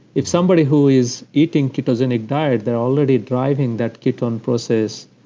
if somebody who is eating ketogenic diet they're already driving that ketone process,